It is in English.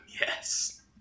Yes